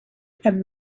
and